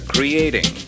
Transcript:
Creating